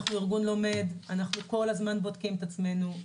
אנחנו ארגון לומד, כל הזמן אנחנו בודקים את עצמנו.